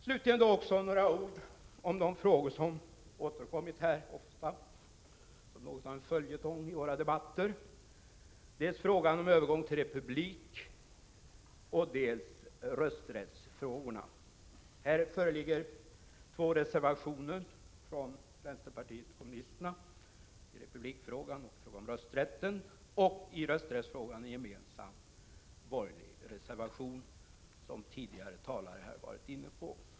Slutligen några ord om de frågor som återkommit ofta, som något av en följetong, i våra debatter: dels frågan om övergång till republik, dels rösträttsfrågorna. Här föreligger två reservationer från vänsterpartiet kommunisterna i republikfrågan och rösträttsfrågan samt en gemensam borgerlig reservation i rösträttsfrågan, som tidigare talare varit inne på.